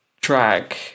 drag